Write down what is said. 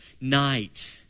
night